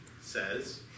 says